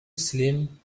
slim